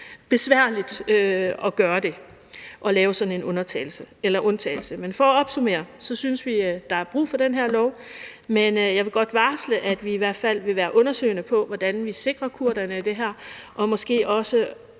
besværligt at gøre det, altså at lave sådan en undtagelse. For at opsummere synes vi, der er brug for den her lov, men jeg vil godt varsle, at vi i hvert fald vil være undersøgende på, hvordan vi sikrer kurderne i det her og måske også